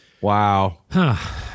Wow